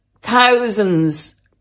thousands